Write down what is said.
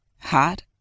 Hot